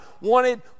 wanted